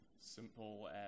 simple